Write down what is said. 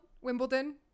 Wimbledon